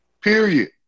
Period